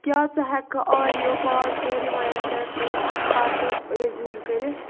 کیاہ ژٕ ہیٚکہٕ کھاہ آڈیو پاز تہٕ تہٕ پتہٕ ریٚزیوم کٔرِتھ